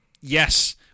yes